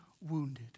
wounded